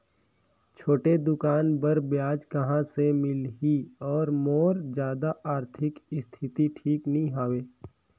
छोटे दुकान बर ब्याज कहा से मिल ही और मोर जादा आरथिक स्थिति ठीक नी हवे?